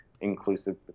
inclusive